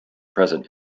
present